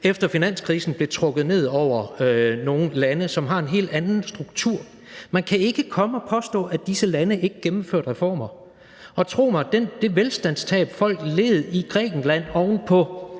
struktur, og som blev trukket ned over dem efter finanskrisen. Man kan ikke komme og påstå, at disse lande ikke gennemførte reformer. Og tro mig, det velstandstab, som folk led i Grækenland oven på